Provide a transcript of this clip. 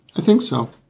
i think so.